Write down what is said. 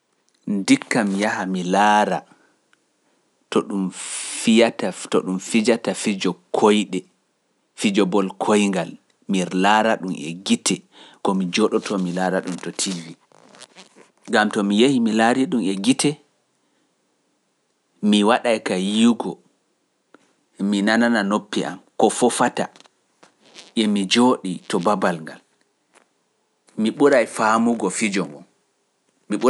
Ndikka mi yaha mi laara to ɗum fiyata to ɗum fijata fijo koyɗe fijobol koyngal mi laara ɗum e gite ko mi jooɗoto mi laara ɗum to tiiɗi, ngam to mi yehi mi laari ɗum e gite mi waɗay ka yiwgo mi nanana noppi am ko fofata emi jooɗi to babal ngal, mi ɓuray faamugo fijo ngo.